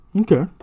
Okay